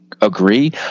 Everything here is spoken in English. agree